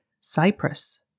Cyprus